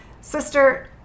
sister